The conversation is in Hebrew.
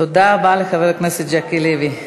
תודה רבה לחבר הכנסת ז'קי לוי.